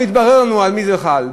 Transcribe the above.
שהתברר לנו על מי זה חל,